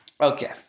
Okay